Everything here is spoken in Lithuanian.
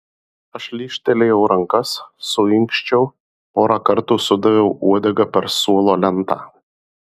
aš lyžtelėjau rankas suinkščiau porą kartų sudaviau uodega per suolo lentą